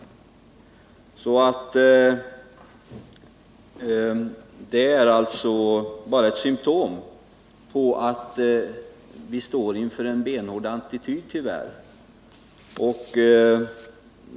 Det misslyckade avtalet är alltså bara ett symptom på att vi — tyvärr — står inför en benhård attityd.